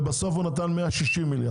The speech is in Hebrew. ובסוף הוא נתן 160 מיליארד